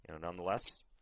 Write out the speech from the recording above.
nonetheless